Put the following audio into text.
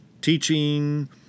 teaching